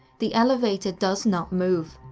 the elevator does not move.